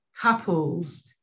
couples